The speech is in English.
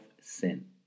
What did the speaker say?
sin